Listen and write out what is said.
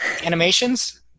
animations